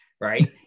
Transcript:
right